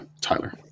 Tyler